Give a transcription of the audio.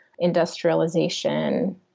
industrialization